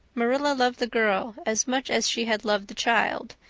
marilla loved the girl as much as she had loved the child,